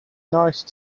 nice